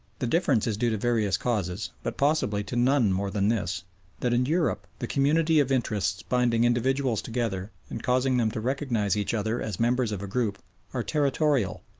the difference is due to various causes, but possibly to none more than this that in europe the community of interests binding individuals together and causing them to recognise each other as members of a group are territorial,